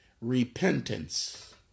Repentance